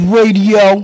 Radio